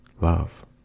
love